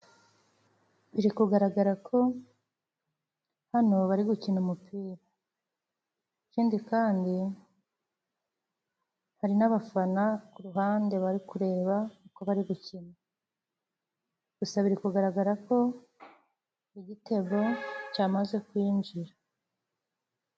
Biri kugaragara ko hano bari gukina umupira. Ikindi kandi hari n'abafana kuruhande bari kureba uko bari gukina. Gusa biri kugaragara ko igitego cyamaze kwinjira.